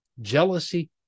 Jealousy